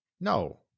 No